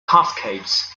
cascades